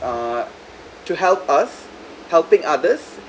uh to help us helping others